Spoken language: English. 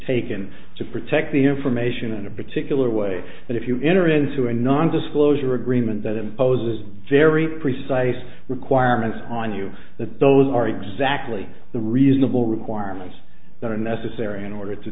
taken to protect the information in a particular way that if you enter into a non disclosure agreement that imposes very precise requirements on you that those are exactly the reasonable requirements that are necessary in order to